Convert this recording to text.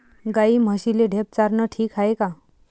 गाई म्हशीले ढेप चारनं ठीक हाये का?